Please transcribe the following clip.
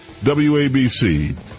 WABC